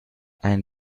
ein